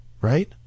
right